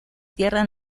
tierra